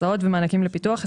הסעות ומענקים לפיתוח,